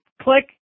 Click